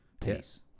peace